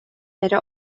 эрэ